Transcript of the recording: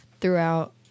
throughout